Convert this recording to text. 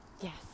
yes